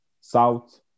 south